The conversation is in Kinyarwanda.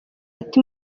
ati